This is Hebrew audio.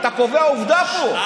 אתה קובע פה עובדה.